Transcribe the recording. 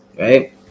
right